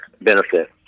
benefit